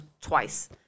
twice